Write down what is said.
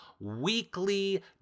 weekly